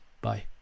bye